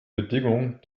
bedingung